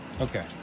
Okay